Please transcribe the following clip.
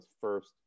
first